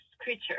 creature